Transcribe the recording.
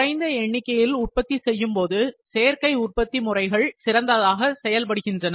குறைந்த எண்ணிக்கையில் உற்பத்தி செய்யும்போது சேர்க்கை உற்பத்தி முறைகள் சிறந்ததாக செயல்படுகின்றன